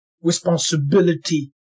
responsibility